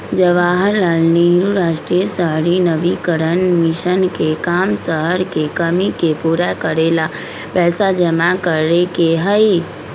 जवाहर लाल नेहरू राष्ट्रीय शहरी नवीकरण मिशन के काम शहर के कमी के पूरा करे ला पैसा जमा करे के हई